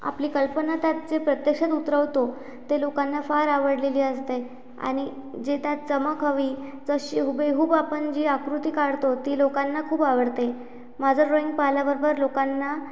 आपली कल्पना त्यात जे प्रत्यक्षात उतरवतो ते लोकांना फार आवडलेली असते आणि जे त्यात चमक हवी तशी हूबेहूब आपण जी आकृती काढतो ती लोकांना खूप आवडते माझं ड्रॉईंग पाहिल्याबरोबर लोकांना